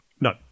No